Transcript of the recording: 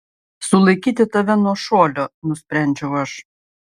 sulaikyti tave nuo šuolio nusprendžiau aš